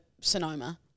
Sonoma